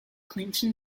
clinton